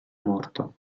morto